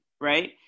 right